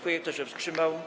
Kto się wstrzymał?